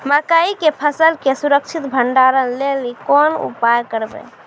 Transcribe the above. मकई के फसल के सुरक्षित भंडारण लेली कोंन उपाय करबै?